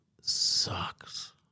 sucks